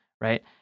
right